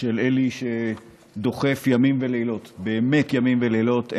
של אלי, שדוחף ימים ולילות, באמת ימים ולילות.